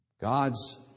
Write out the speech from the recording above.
God's